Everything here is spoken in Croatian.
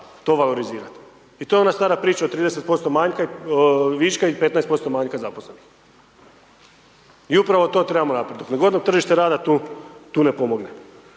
to valorizirati. I to onda stvara priču o 30% viška i 15% manjka zaposlenih. I upravo to trebamo napraviti, dokle god da tržište rada tu ne pomogne.